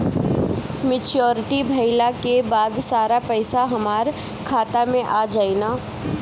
Maturity भईला के बाद सारा पईसा हमार खाता मे आ जाई न?